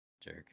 Jerk